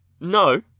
No